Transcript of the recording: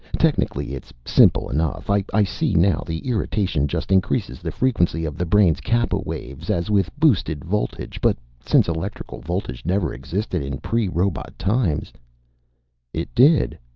technically it's simple enough, i see now. the irritation just increases the frequency of the brain's kappa waves, as with boosted voltage, but since electrical voltage never existed in pre-robot times it did,